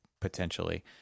potentially